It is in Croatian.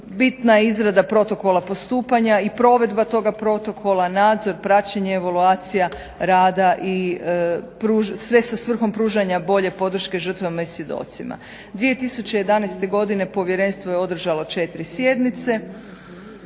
Bitna je izrada protokola postupanja i provedba toga protokola, nadzor, praćenje, evaluacija rada i sve sa svrhom pružanja bolje podrške žrtvama i svjedocima. 2011. godine povjerenstvo je održalo 4 sjednice.